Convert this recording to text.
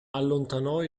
allontanò